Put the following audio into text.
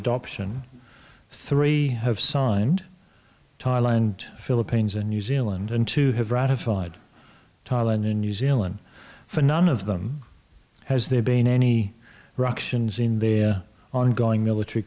adoption three have signed thailand philippines and new zealand and to have ratified thailand in new zealand for none of them has there been any ructions in their ongoing military